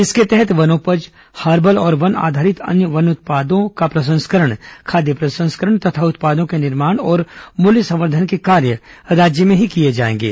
इसके तहत वनोपज हर्बल और वन पर आधारित अन्य उत्पादों का प्रसंस्करण खाद्य प्रसंस्करण तथा उत्पादों के निर्माण और मूल्य संवर्धन के कार्य राज्य में ही किए जाएंगे